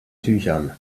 tüchern